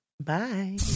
Bye